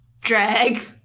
drag